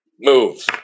Move